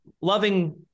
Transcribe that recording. loving